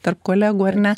tarp kolegų ar ne